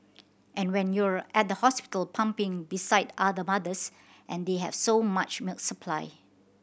and when you're at the hospital pumping beside other mothers and they have so much milk supply